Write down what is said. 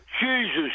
Jesus